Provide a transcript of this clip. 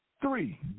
Three